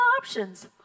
options